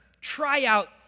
tryout